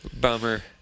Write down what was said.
Bummer